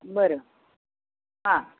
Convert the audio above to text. बरं हां